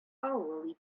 авыл